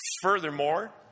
Furthermore